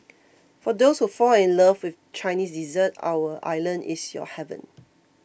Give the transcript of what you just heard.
for those who fall in love with Chinese dessert our island is your heaven